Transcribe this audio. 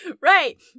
right